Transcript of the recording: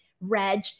Reg